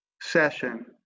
session